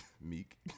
Meek